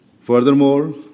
Furthermore